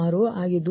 556